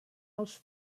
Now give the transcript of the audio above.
els